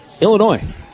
Illinois